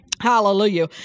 Hallelujah